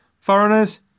Foreigners